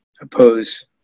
oppose